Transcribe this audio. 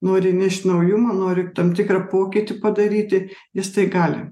nori įnešti naujumo nori tam tikrą pokytį padaryti jis tai gali